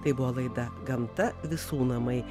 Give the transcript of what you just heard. tai buvo laida gamta visų namai